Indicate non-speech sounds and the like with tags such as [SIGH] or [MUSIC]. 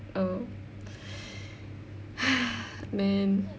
oh [BREATH] man